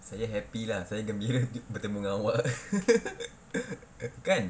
saya happy lah saya gembira bertemu dengan awak